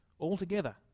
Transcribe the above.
altogether